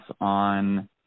on